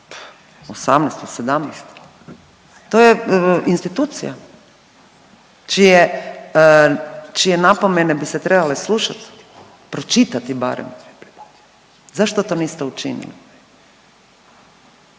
'17., to je institucija čije, čije napomene bi se trebale slušati, pročitati barem. Zašto to niste učinili?